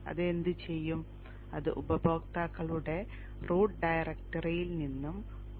അത് എന്തുചെയ്യും അത് ഉപയോക്താക്കളുടെ റൂട്ട് ഡയറക്ടറിയിൽ ഒരു